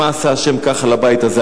מה עשה ה' ככה לבית הזה.